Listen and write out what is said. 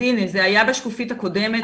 זה היה בשקופית הקודמת.